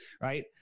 Right